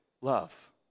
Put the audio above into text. love